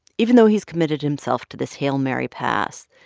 even though he's committed himself to this hail mary pass,